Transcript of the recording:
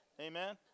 Amen